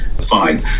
Fine